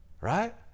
Right